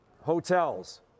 Hotels